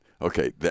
Okay